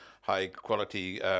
high-quality